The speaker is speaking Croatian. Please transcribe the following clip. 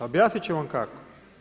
Objasnit ću vam kako.